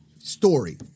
Story